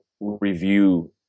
review